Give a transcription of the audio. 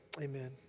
Amen